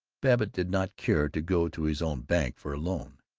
babbitt did not care to go to his own bank for a loan.